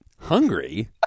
Hungry